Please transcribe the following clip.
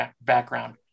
background